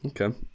okay